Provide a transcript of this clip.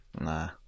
Nah